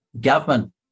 government